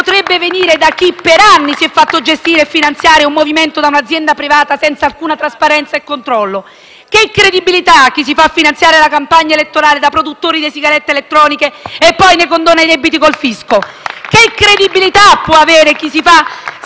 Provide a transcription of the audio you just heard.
Che credibilità può avere chi sa